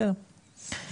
בסדר.